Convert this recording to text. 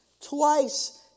Twice